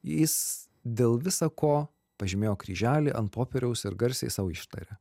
jis dėl visa ko pažymėjo kryželį ant popieriaus ir garsiai sau ištarė